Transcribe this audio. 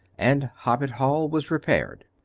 and hoppet hall was repaired.